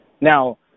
Now